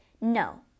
No